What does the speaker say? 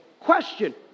question